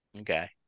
Okay